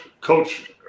coach